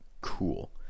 cool